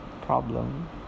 problem